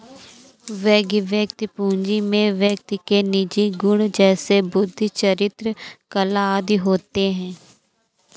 वैयक्तिक पूंजी में व्यक्ति के निजी गुण जैसे बुद्धि, चरित्र, कला आदि होते हैं